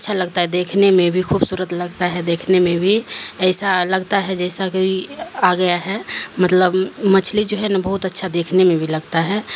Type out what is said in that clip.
اچھا لگتا ہے دیکھنے میں بھی خوبصورت لگتا ہے دیکھنے میں بھی ایسا لگتا ہے جیسا کہ آ گیا ہے مطلب مچھلی جو ہے نا بہت اچھا دیکھنے میں بھی لگتا ہے